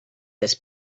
this